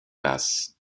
basse